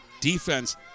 defense